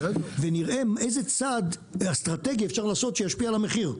ונראה איזה צעד אסטרטגי אפשר לעשות שישפיע על המחיר,